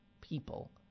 people